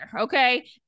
okay